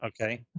Okay